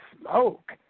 Smoke